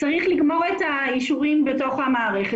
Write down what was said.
צריך לגמור את האישורים בתוך המערכת